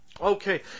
Okay